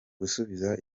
gusubiza